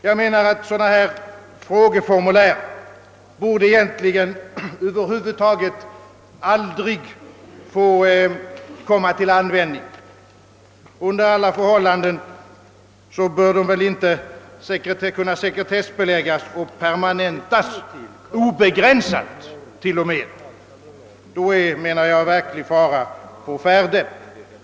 Jag menar, att dylika frågeformulär egentligen över huvud taget aldrig borde få komma till användning. Under alla förhållanden bör de inte kunna sekretessbeläggas och <permanentas, t.o.m. på obegränsad tid.